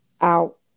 out